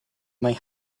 may